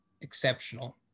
exceptional